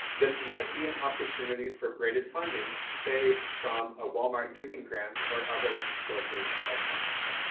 this might be an opportunity for braided funding, say from a walmart giving grant, or other sources of funds.